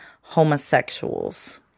homosexuals